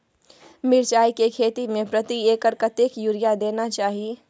मिर्चाय के खेती में प्रति एकर कतेक यूरिया देना चाही?